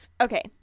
Okay